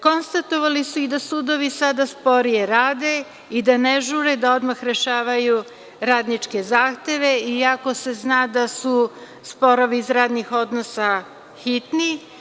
Konstatovali su i da sudovi sada sporije rade i da ne žure da odmah rešavaju radničke zahteve, iako se zna da su sporovi iz radnih odnosa hitni.